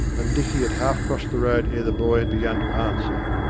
and dicky had half crossed the road ere the boy had begun to answer.